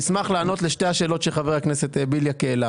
אני אשמח לענות לשתי השאלות שחבר הכנסת בליאק העלה,